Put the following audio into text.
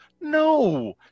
no